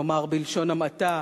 נאמר בלשון המעטה,